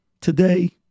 today